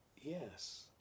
Yes